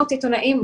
300 העיתונים,